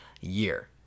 year